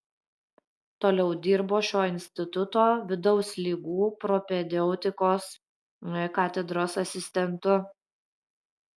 toliau dirbo šio instituto vidaus ligų propedeutikos katedros asistentu